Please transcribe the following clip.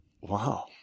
Wow